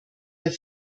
der